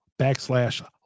backslash